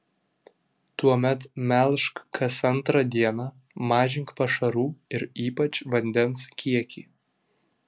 tuomet melžk kas antrą dieną mažink pašarų ir ypač vandens kiekį